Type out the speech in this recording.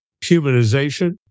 humanization